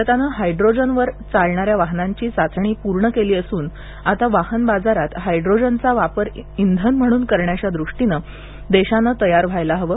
भारतानं हायड्रोजन वर चालणाऱ्या वाहनांची चाचणी पूर्ण केली असून आता वाहन बाजारात हायड्रोजन चा वापर इंधन म्हणून करण्याच्या दृष्टीनं देशानं तयार व्हायला हवं